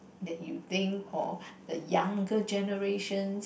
that you think or the younger generations